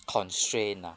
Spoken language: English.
constrain ah